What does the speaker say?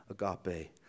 agape